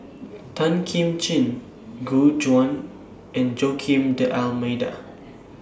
Tan Kim Ching Gu Juan and Joaquim D'almeida